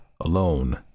alone